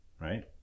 right